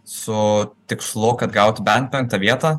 su tikslu kad gauti bent penktą vietą